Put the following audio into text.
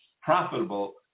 profitable